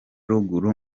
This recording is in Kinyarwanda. ruguru